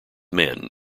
men